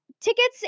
tickets